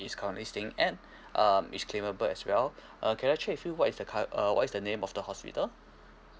is currently staying at um is capable as well uh can I check with you what is the cur~ uh what is the name of the hospital